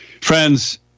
Friends